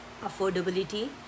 affordability